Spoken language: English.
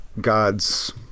God's